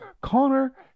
Connor